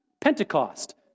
Pentecost